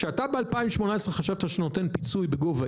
כשאתה ב-2018 חשבת שאתה נותן פיצוי בגובה